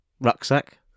rucksack